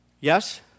Yes